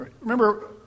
remember